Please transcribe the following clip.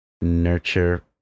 Nurture